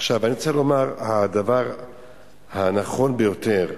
עכשיו, אני רוצה לומר שהדבר הנכון ביותר,